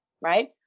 right